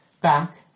back